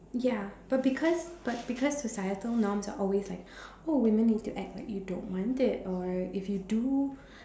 ya but because but because societal norms are always like oh women need to act like you don't want it or if you do